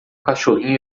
cachorrinho